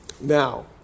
Now